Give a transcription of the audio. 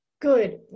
good